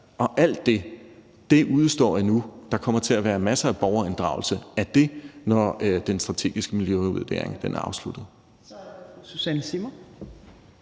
Og alt det udestår endnu. Der kommer til at være masser af borgerinddragelse i forhold til det, når den strategiske miljøvurdering er afsluttet.